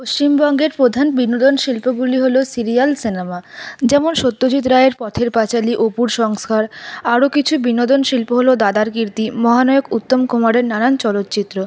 পশ্চিমবঙ্গের প্রধান বিনোদন শিল্পগুলি হল সিরিয়াল সিনেমা যেমন সত্যাজিৎ রায়ের পথের পাঁচালী অপুর সংস্কার আরও কিছু বিনোদন শিল্প হল দাদার কীর্তি মহানায়ক উত্তমকুমারের নানান চলচ্চিত্র